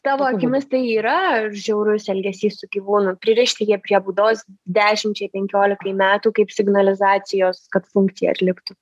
tavo akimis tai yra žiaurus elgesys su gyvūnu pririšti jį prie būdos dešimčiai penkiolikai metų kaip signalizacijos kad funkciją atliktų